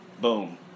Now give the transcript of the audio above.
boom